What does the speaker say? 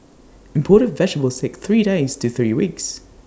imported vegetables sake three days to three weeks